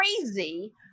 crazy